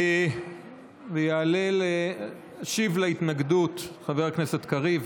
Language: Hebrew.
ויעלה להשיב להתנגדות חבר הכנסת קריב.